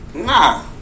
Nah